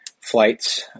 flights